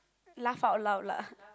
laugh out loud lah